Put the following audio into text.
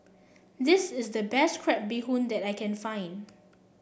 this is the best Crab Bee Hoon that I can find